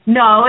no